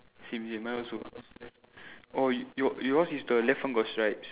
same same mine also oh your yours is the left one got stripes